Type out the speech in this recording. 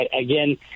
again